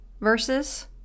verses